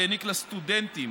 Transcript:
והעניק לסטודנטים